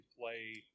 play